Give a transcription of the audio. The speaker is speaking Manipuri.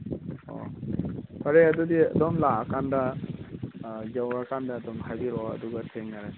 ꯑꯣ ꯐꯔꯦ ꯑꯗꯨꯗꯤ ꯑꯗꯣꯝ ꯂꯥꯛꯑ ꯀꯥꯟꯗ ꯌꯧꯔꯀꯥꯟꯗ ꯑꯗꯨꯝ ꯍꯥꯏꯕꯤꯔꯛꯑꯣ ꯑꯗꯨꯒ ꯊꯦꯡꯅꯔꯁꯤ